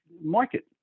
market